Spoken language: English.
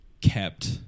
kept –